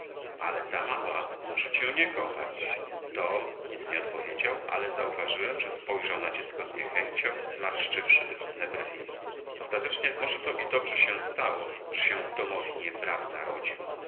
ale ta mała może cię nie kochać tom nic nie odpowiedział ale zauważyłem że spojrzał na dziecko z niechęcią zmarszczywszy drobne brwi ostatecznie może to i dobrze się stało że się tomowi nie brat narodził